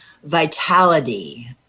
vitality